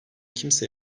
kimse